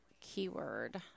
keyword